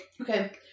Okay